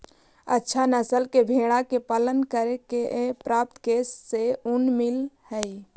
अच्छा नस्ल के भेडा के पालन करके प्राप्त केश से ऊन मिलऽ हई